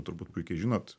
turbūt puikiai žinot